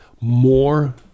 more